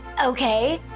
okay.